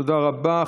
תודה רבה.